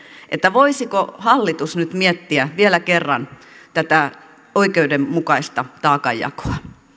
voisiko hallitus nyt miettiä vielä kerran tätä oikeudenmukaista taakanjakoa